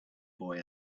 boy